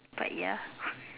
but ya